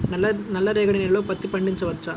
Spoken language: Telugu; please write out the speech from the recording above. నల్ల రేగడి నేలలో పత్తి పండించవచ్చా?